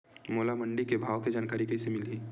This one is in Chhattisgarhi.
मोला मंडी के भाव के जानकारी कइसे मिलही?